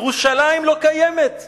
ירושלים לא קיימת,